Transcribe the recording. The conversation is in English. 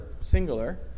singular